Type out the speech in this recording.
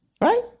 right